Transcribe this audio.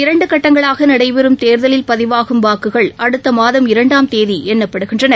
இரண்டுகட்டங்களாகநடைபெறும் தேர்தலில் பதிவாகும் வாக்குகள் அடுத்தமாதம் இரண்டாம் தேதிஎண்ணப்படுகின்றன